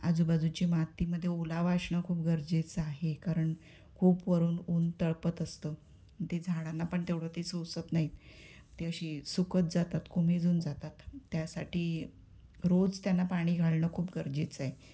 आजूबाजूची मातीमध्ये ओलावा असणं खूप गरजेचं आहे कारण खूप वरून ऊन तळपत असतं ते झाडांना पण तेवढं ते सोसत नाही ती अशी सुकत जातात कोमेजून जातात त्यासाठी रोज त्यांना पाणी घालणं खूप गरजेचं आहे